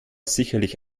sicherlich